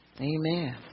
Amen